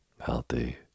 healthy